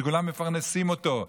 שכולם מפרנסים אותו,